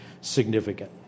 significant